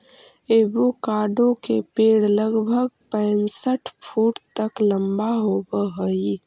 avocado के पेड़ लगभग पैंसठ फुट तक लंबा होब हई